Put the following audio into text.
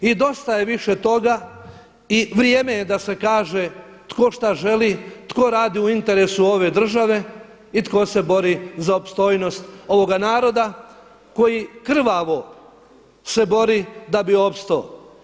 I dosta je više toga i vrijeme je da se kaže tko šta želi, tko radi u interesu ove države i tko se bori za opstojnost ovoga naroda koji krvavo se bori da bi opstao.